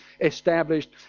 established